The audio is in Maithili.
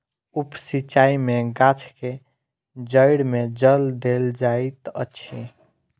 उप सिचाई में गाछ के जइड़ में जल देल जाइत अछि